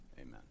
amen